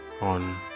on